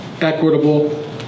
equitable